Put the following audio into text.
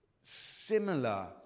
similar